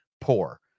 poor